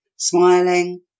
Smiling